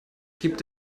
gibt